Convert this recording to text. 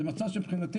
זה מצב שמבחינתי,